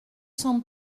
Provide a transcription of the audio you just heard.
cent